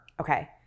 Okay